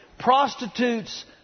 Prostitutes